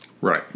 right